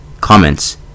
Comments